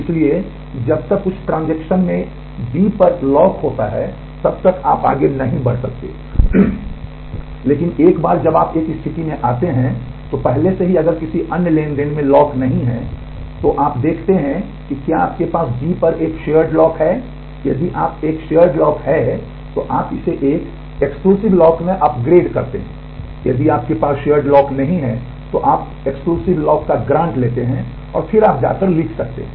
इसलिए जब तक कुछ ट्रांजेक्शन लॉक का ग्रांट लेते हैं और फिर आप जाकर लिख सकते हैं